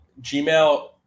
Gmail